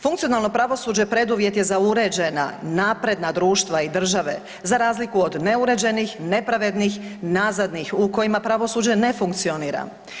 Funkcionalno pravosuđe preduvjet je za uređena napredna društva i države za razliku od neuređenih, nepravednih, nazadnih u kojima pravosuđe ne funkcionira.